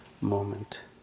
moment